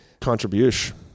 Contribution